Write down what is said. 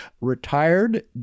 retired